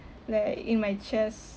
like in my chest